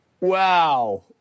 Wow